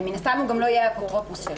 מן הסתם הוא גם לא יהיה אפוטרופוס שלהם.